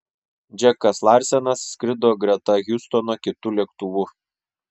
džekas larsenas skrido greta hiustono kitu lėktuvu